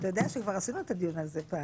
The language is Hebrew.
אתה יודע שכבר עשינו את הדיון הזה פעם.